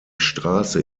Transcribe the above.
straße